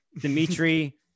Dimitri